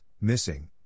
missing